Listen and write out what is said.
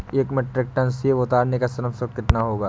एक metric ton सेव उतारने का श्रम शुल्क कितना होगा?